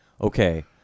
okay